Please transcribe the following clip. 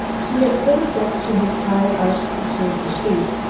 she had fitted them to his high-arched and shapely feet,